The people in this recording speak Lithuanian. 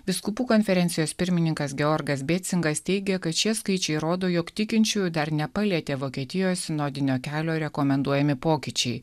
vyskupų konferencijos pirmininkas georgas bėcingas teigia kad šie skaičiai rodo jog tikinčiųjų dar nepalietė vokietijos sinodinio kelio rekomenduojami pokyčiai